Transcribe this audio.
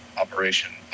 operation